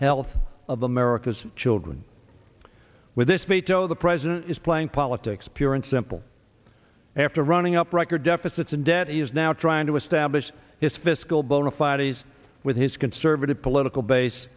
health of america's children with this veto the president is playing politics pure and simple after running up record deficits and debt is now trying to establish his fiscal bona fide ease with his conservative political base